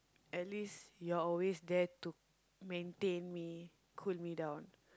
at least you're always there to maintain me cool me down